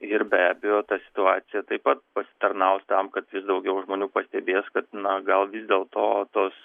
ir be abejo ta situacija taip pat pasitarnaus tam kad vis daugiau žmonių pastebės kad na gal vis dėl to tos